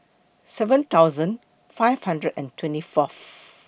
seven thousand five hundred and twenty Fourth